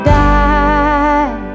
die